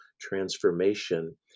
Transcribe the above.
transformation